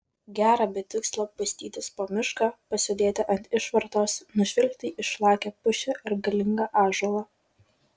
gera be tikslo bastytis po mišką pasėdėti ant išvartos nužvelgti išlakią pušį ar galingą ąžuolą